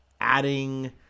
adding